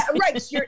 right